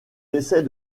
essaie